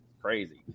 Crazy